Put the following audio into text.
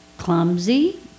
Clumsy